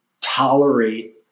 tolerate